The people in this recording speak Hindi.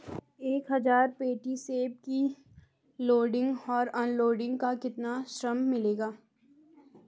एक हज़ार पेटी सेब की लोडिंग और अनलोडिंग का कितना श्रम मिलेगा?